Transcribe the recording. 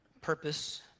purpose